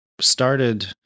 started